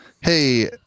hey